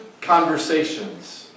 conversations